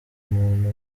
umuntu